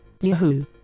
Yahoo